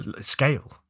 scale